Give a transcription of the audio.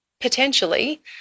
Potentially